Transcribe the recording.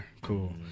cool